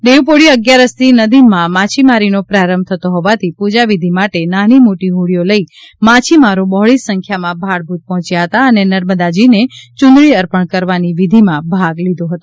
દેવપોઢી અગિયારસથી નદીમાં માછીમારીનો પ્રારંભ થતો હોવાથી પૂજાવિધિ માટે નાની મોટી હોડીઓ લઇ માછીમારો બહોળી સંખ્યામાં ભાડભૂત પહોંચ્યા હતા અને નર્મદાજીને ચ્રંદડી અર્પણ કરવાની વિધિમાં ભાગ લીધો હતો